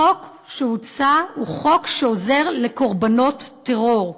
החוק שהוצע הוא חוק שעוזר לקורבנות טרור.